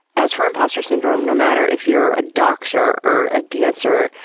as for imposter syndrome, no matter if you're a doctor or a dancer,